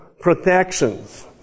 protections